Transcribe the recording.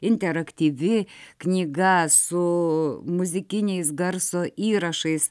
interaktyvi knyga su muzikiniais garso įrašais